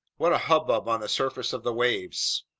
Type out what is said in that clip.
what a hubbub on the surface of the waves!